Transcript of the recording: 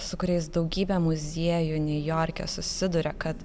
su kuriais daugybė muziejų niujorke susiduria kad